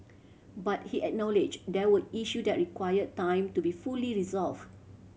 but he acknowledge there were issue that require time to be fully resolve